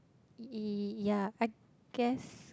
ee ya I guess